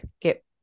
get